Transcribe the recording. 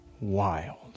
wild